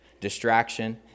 distraction